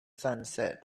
sunset